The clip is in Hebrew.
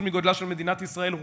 60% מגודלה של מדינת ישראל,